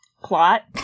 Plot